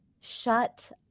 shut